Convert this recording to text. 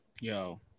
Yo